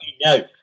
no